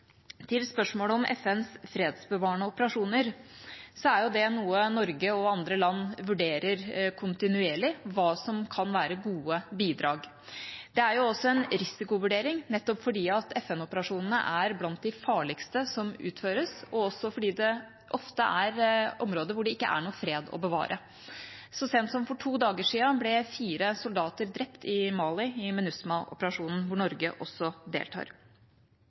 Til spørsmålet om FNs fredsbevarende operasjoner: Dette er noe Norge og andre land vurderer kontinuerlig – hva som kan være gode bidrag. Det er jo også en risikovurdering, nettopp fordi FN-operasjonene er blant de farligste som utføres, og også fordi det ofte er områder hvor det ikke er noen fred å bevare. Så sent som for to dager siden ble fire soldater drept i Mali, i MINUSMA-operasjonen, hvor Norge også deltar.